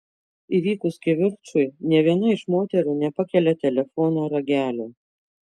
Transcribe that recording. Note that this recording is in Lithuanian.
įvykus kivirčui nė viena iš moterų nepakelia telefono ragelio